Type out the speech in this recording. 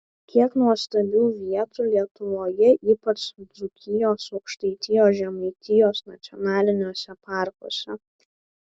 kiek nuostabių vietų lietuvoje ypač dzūkijos aukštaitijos žemaitijos nacionaliniuose parkuose